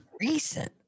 Recent